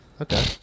Okay